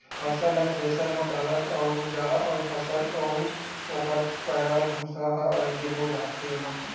फसल ल थेरेसर म डालत जा अउ फसल अउ ओखर पैरा, भूसा ह अलगे हो जाथे न